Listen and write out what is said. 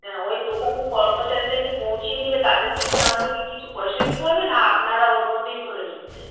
হ্যাঁ ওই দোকানে কর্মচারীরা যে পৌঁছে দেবে তাদেরকে কি আমাদেরকে কিছু পয়সা দিতে হবে না আপনারা ওর মধ্যেই ধরে নিচ্ছেন